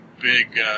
big